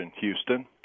Houston